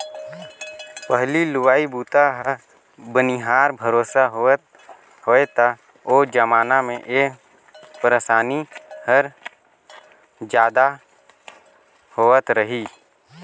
पहिली लुवई बूता ह बनिहार भरोसा होवय त ओ जमाना मे ए परसानी हर जादा होवत रही